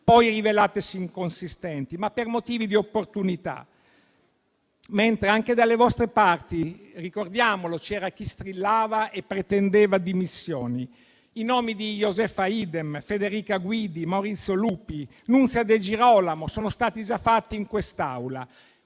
per cui le chiediamo - ma per motivi di opportunità, mentre anche dalle vostre parti - ricordiamolo - c'era chi strillava e pretendeva dimissioni. I nomi di Josefa Idem, Federica Guidi, Maurizio Lupi, Nunzia De Girolamo sono stati già fatti in quest'Aula.